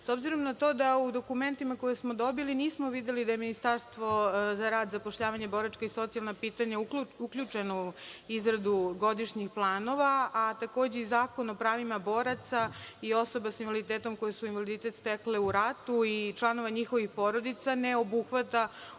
S obzirom na to da u dokumentima, koje smo dobili, nismo videli da je Ministarstvo za rad, zapošljavanje, boračka i socijalna pitanja uključeno u izradu godišnjih planova, a takođe i Zakon o pravima boraca i osoba sa invaliditetom, koji su invaliditet stekli u ratu, i članova njihovih porodica ne obuhvata ovu